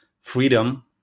freedom